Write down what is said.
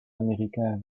américain